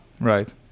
Right